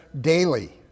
daily